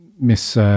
Miss